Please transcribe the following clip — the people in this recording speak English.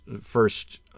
first